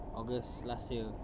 august last year